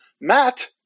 Matt